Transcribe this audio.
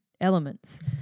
elements